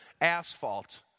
asphalt